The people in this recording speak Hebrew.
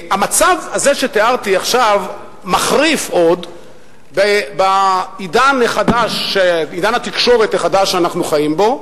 המצב הזה שתיארתי עכשיו מחריף עוד בעידן התקשורת החדש שאנחנו חיים בו,